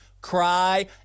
cry